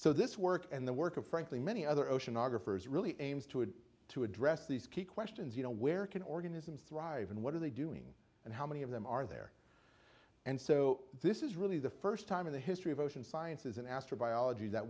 so this work and the work of frankly many other oceanographers really aims to have to address these key questions you know where can organisms thrive and what are they doing and how many of them are there and so this is really the first time in the history of ocean sciences and astrobiology that